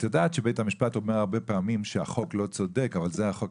את יודעת שבית המשפט אומר הרבה פעמים שהחוק לא צודק אבל זה החוק,